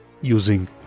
using